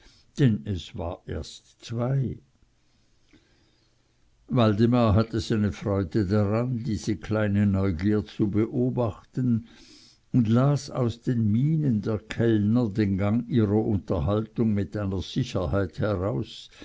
denn es war erst zwei waldemar hatte seine freude daran diese kleine neugier zu beobachten und las aus den mienen der kellner den gang ihrer unterhaltung mit einer sicherheit heraus